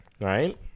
right